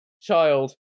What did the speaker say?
child